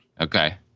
okay